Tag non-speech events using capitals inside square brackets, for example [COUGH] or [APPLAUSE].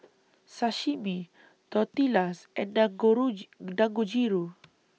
Sashimi Tortillas and [UNINTELLIGIBLE] Dangojiru